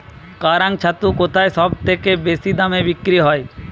কাড়াং ছাতু কোথায় সবথেকে বেশি দামে বিক্রি হয়?